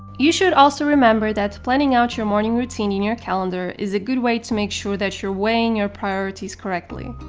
you should also remember that planning out your morning routine in your calendar is a good way to make sure that you're weighing your priorities correctly.